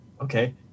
Okay